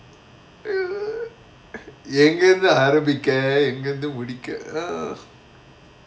err எங்க இருந்து ஆரம்பிக்க எங்க இருந்து முடிக்க:enga irunthu aarambikka enga irunthu mudika err